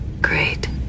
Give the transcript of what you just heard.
great